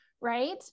Right